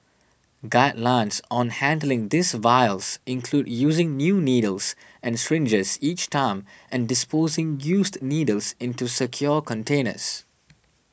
guidelines on handling these vials include using new needles and syringes each time and disposing used needles into secure containers